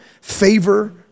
favor